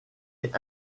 est